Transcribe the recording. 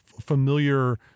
familiar